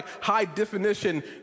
high-definition